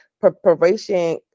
preparation